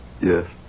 Yes